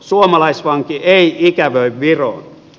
suomalaisvanki ei ikävöi viroon